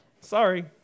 sorry